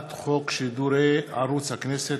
בעד, 17,